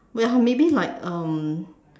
well maybe like um